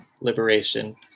liberation